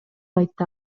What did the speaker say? айтты